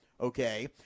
Okay